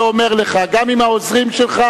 ואומר לך: גם אם העוזרים שלך